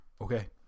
Okay